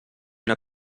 una